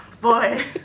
boy